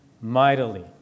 mightily